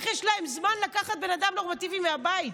איך יש להם זמן לקחת בן אדם נורמטיבי מהבית?